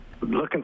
Looking